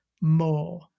more